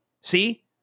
See